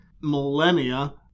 millennia